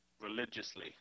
religiously